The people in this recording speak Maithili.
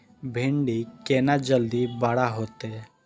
भिंडी केना जल्दी बड़ा होते?